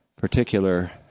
particular